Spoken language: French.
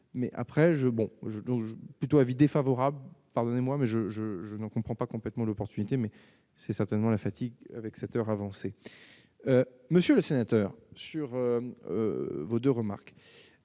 moi je donc plutôt avis défavorable, pardonnez-moi mais je, je, je ne comprends pas complètement l'opportunité mais c'est certainement la fatigue avec cette heure avancée, monsieur le sénateur sur vos 2 remarques